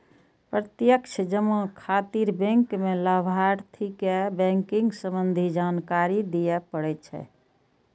प्रत्यक्ष जमा खातिर बैंक कें लाभार्थी के बैंकिंग संबंधी जानकारी दियै पड़ै छै